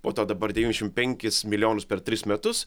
po to dabar devyniasdešimt penkis milijonus per tris metus